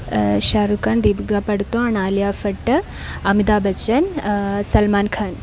Shahrukh Khan Deepika Padukone Alia Bhatt Amitabh Bachchan Salman Khan